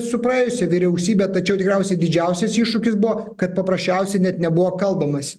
su praėjusia vyriausybe tačiau tikriausiai didžiausias iššūkis buvo kad paprasčiausiai net nebuvo kalbamasi